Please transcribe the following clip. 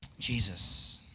Jesus